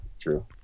true